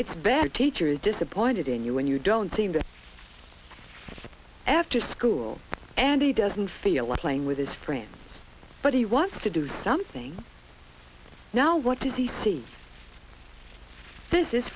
it's bad teacher disappointed in you when you don't seem to us after school and he doesn't feel like playing with his friends but he wants to do something now what does he see this is